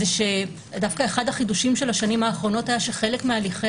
זה שדווקא אחד החידושים של השנים האחרונות היה שחלק מהליכי